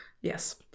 Yes